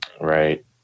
Right